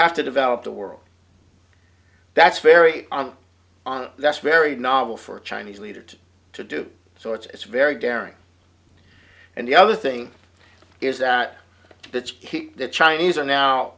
have to develop the world that's very that's very novel for a chinese leader to to do so it's very daring and the other thing is that that's the chinese are now